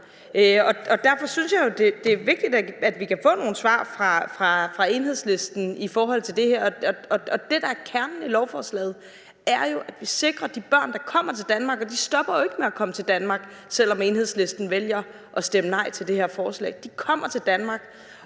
derfor synes jeg, det er vigtigt at få nogle svar fra Enhedslisten i forhold til det her. Det, der er kernen i lovforslaget, er at sikre de børn, der kommer til Danmark. Og de stopper jo ikke med at komme til Danmark, selv om Enhedslisten vælger at stemme nej til det her forslag. De kommer til Danmark,